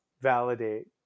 validate